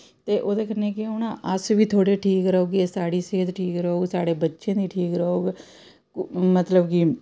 ते ओह्दे कन्नै केह् होना अस बी थोह्ड़े ठीक रौह्गे साढ़ी सेह्त ठीक रौह्ग साढ़े बच्चें दी ठीक रौह्ग मतलब कि